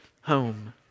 home